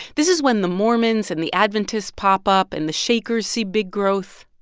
this is when the mormons and the adventists pop up. and the shakers see big growth.